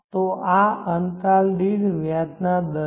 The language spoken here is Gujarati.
તો આ અંતરાલ દીઠ વ્યાજના દર છે